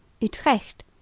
Utrecht